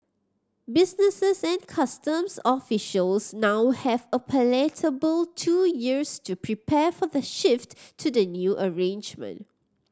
businesses and customs officials now have a palatable two years to prepare for the shift to the new arrangement